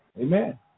amen